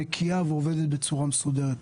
נקייה ועובדת בצורה מסודרת.